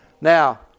Now